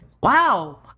wow